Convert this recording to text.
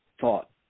thought